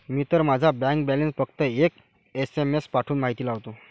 मी तर माझा bank balance फक्त एक एस.एम.एस पाठवून माहिती लावतो